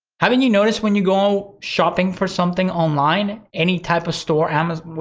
haven't you noticed when you go shopping for something online, any type of store, amazon,